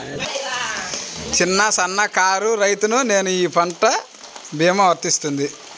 చిన్న సన్న కారు రైతును నేను ఈ పంట భీమా వర్తిస్తుంది?